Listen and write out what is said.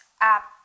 app